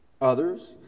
others